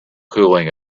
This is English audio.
cooling